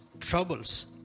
troubles